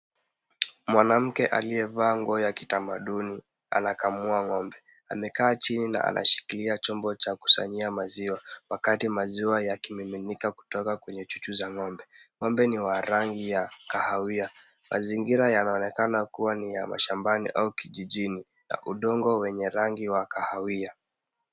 Mwanamke aliyevaa nguo ya kitamaduni anakamua ng'ombe. Amekaa chini na anashikilia chombo cha kusanyia maziwa wakati maziwa yakimiminika kutoka kwenye chuchu za ng'ombe.Ng'ombe ni wa rangi ya kahawia. Mazingira yanaonekana kuwa ni ya mashambani au kijijini na udongo wenye rangi wa kahawia.